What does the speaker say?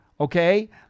okay